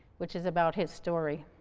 which is about his story.